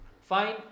Fine